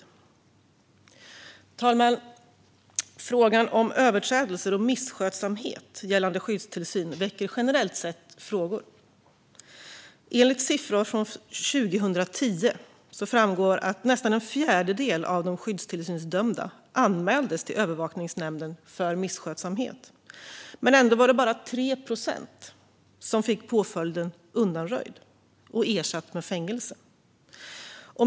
Fru talman! Frågan om överträdelser och misskötsamhet gällande skyddstillsyn väcker generellt sett frågor. Av siffror från 2010 framgår att nästan en fjärdedel av de skyddstillsynsdömda anmäldes till övervakningsnämnden för misskötsamhet men att det ändå bara var 3 procent som fick påföljden undanröjd och ersatt med fängelse.